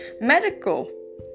medical